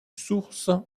source